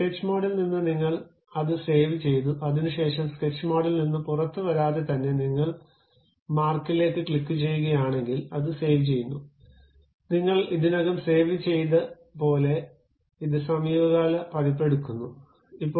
sketch മോഡിൽ നിങ്ങൾ അത് സേവ് ചെയ്തു അതിനുശേഷം സ്കെച്ച് മോഡിൽ നിന്ന് പുറത്തുവരാതെ തന്നെ നിങ്ങൾ മാർക്കിലേക്ക് ക്ലിക്കുചെയ്യുകയാണെങ്കിൽ അത് സേവ്ചെയ്യുന്നു നിങ്ങൾ ഇതിനകം സേവ്ചെയ്തത്പോലെ ഇത് സമീപകാല പതിപ്പ് എടുക്കുന്നു FL